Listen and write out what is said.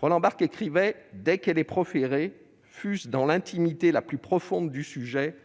Roland Barthes :« Dès qu'elle est proférée, fût-ce dans l'intimité la plus profonde du sujet,